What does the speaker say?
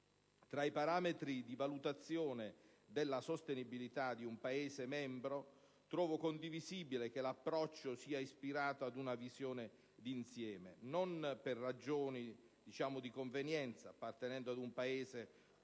Tra i parametri di valutazione della sostenibilità di un Paese membro, trovo condivisibile che l'approccio sia ispirato ad una visione di insieme, non per ragioni di convenienza, appartenendo ad un Paese come